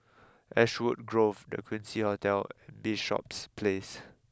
Ashwood Grove the Quincy Hotel and Bishops Place